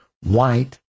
white